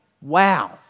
wow